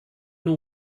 know